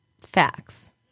facts